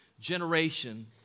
Generation